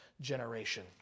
generation